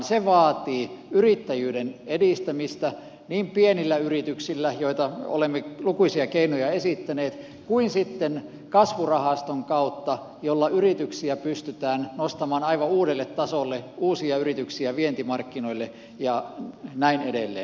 se vaatii yrittäjyyden edistämistä niin pienillä yrityksillä joiden suhteen olemme lukuisia keinoja esittäneet kuin sitten kasvurahaston kautta jolla yrityksiä pystytään nostamaan aivan uudelle tasolle uusia yrityksiä vientimarkkinoille ja näin edelleen